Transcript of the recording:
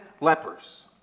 lepers